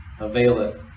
availeth